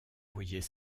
voyait